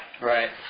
Right